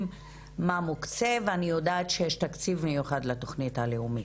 מה מוקצה ואני יודעת שיש תקציב מיוחד לתוכנית הלאומית.